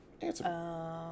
Answer